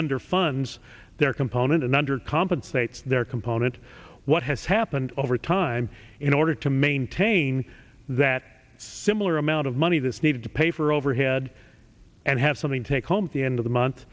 under funds their component and under compensates their component what has happened over time in order to maintain that similar amount of money that's needed to pay for overhead and have something to take home at the end of the month